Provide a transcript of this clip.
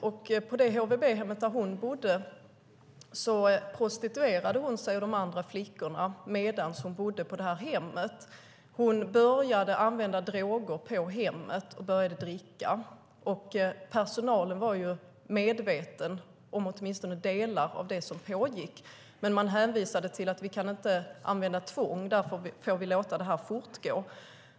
Medan de bodde på hemmet prostituerade sig Nora och de andra flickorna. Hon började använda droger och dricka. Personalen var medveten om delar av det som pågick men hänvisade till att de inte kunde använda tvång och lät det fortgå.